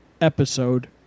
episode